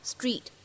Street